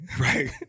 Right